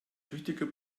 tüchtiger